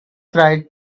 tried